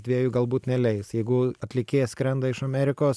dviejų galbūt neleis jeigu atlikėjas skrenda iš amerikos